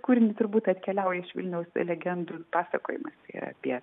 kūrinį turbūt atkeliauja iš vilniaus legendų pasakojimas apie